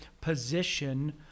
position